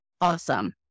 awesome